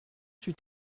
suis